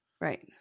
right